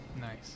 Nice